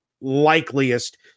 likeliest